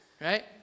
Right